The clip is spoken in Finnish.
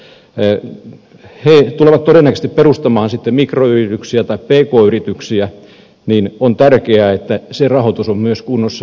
he tulevat todennäköisesti perustamaan sitten mikroyrityksiä tai pk yrityksiä ja on tärkeää että se rahoitus on myös kunnossa